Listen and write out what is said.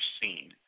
seen